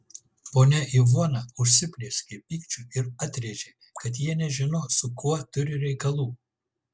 ponia ivona užsiplieskė pykčiu ir atrėžė kad jie nežino su kuo turi reikalų